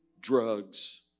drugs